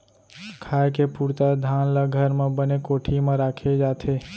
खाए के पुरता धान ल घर म बने कोठी म राखे जाथे